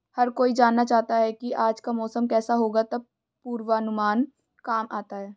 हर कोई जानना चाहता है की आज का मौसम केसा होगा तब पूर्वानुमान काम आता है